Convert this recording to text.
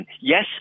Yes